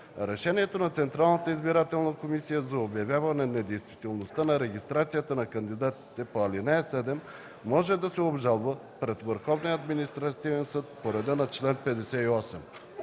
Решението на Централната избирателна комисия за обявяване недействителността на регистрацията на кандидатите по ал. 7 може да се обжалва пред Върховния административен съд по реда на чл. 58.”